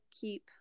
keep